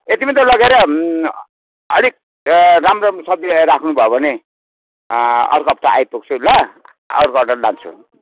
यति मात्रै लगेर अलिक राम्रो राम्रो सब्जी राख्नु भयो भने अर्को हप्ता आइपुग्छु ल अर्को हप्ता पनि लान्छु